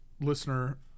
listener